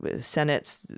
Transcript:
Senate's